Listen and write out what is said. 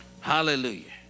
Hallelujah